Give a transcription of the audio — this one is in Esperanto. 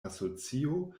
asocio